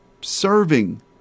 serving